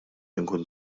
inkun